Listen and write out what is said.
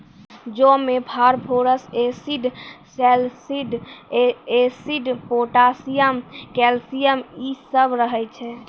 जौ मे phosphorus acid, salicylic acid, potassium, calcium इ सभ रहै छै